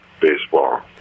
baseball